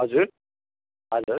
हजुर हेलो